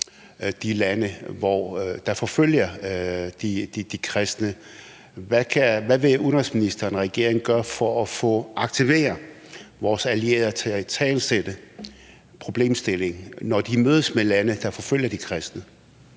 de lande, der forfølger de kristne. Hvad vil udenrigsministeren og regeringen gøre for at aktivere vores allierede til at italesætte problemstillingen, når de mødes med lande, der forfølger de kristne?